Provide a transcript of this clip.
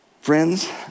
Friends